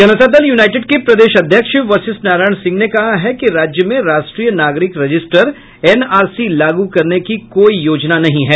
जनता Dal united के प्रदेश अध्यक्ष वशिष्ठ नारायण सिंह ने कहा है कि राज्य में राष्ट्रीय नागरिक रजिस्टर एनआरसी लागू करने की कोई योजना नहीं है